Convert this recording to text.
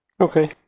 Okay